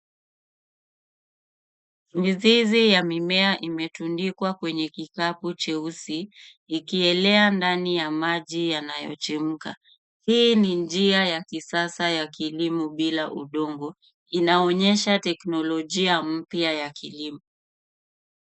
Mizizi ya mimea imetundikwa kwenye kikapu cheusi, ikielea ndani ya maji yanayochemka. Hii ni njia ya kisasa ya kilimo bila udongo. Inaonyesha teknolojia mpya ya kilimo.